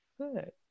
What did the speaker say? good